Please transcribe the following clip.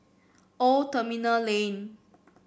Old Terminal Lane